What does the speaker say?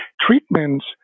treatments